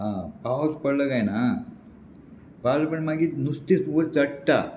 आं पावस पडलो काय ना पावस पडल् मागीर नुस्तें वयर चडटा